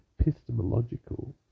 epistemological